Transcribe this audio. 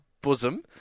bosom